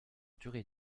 durée